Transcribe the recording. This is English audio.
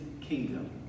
kingdom